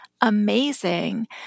amazing